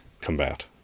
combat